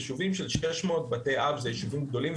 יישובים של 600 בתי אב זה יישובים גדולים,